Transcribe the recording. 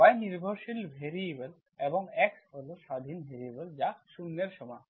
y নির্ভরশীল variable এবং x হল স্বাধীন ভ্যারিয়েবল যা 0 এর সমান